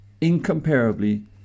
incomparably